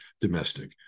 domestic